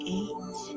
eight